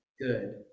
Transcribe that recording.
good